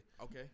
Okay